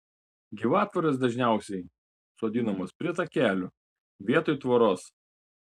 gyvatvorės dažniausiai sodinamos prie takelių vietoj tvoros